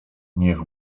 niech